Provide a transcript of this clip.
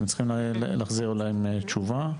אתם צריכים להחזיר להם תשובה.